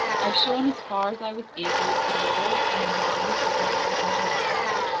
i have shown, as far as i was able, the laws and the manners of the american democracy.